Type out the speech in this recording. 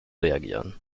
reagieren